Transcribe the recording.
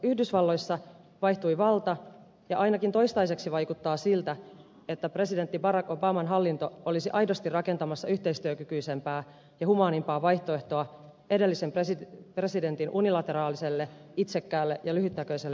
yhdysvalloissa vaihtui valta ja ainakin toistaiseksi vaikuttaa siltä että presidentti barack obaman hallinto olisi aidosti rakentamassa yhteistyökykyisempää ja humaanimpaa vaihtoehtoa edellisen presidentin unilateraaliselle itsekkäälle ja lyhytnäköiselle ulkopolitiikalle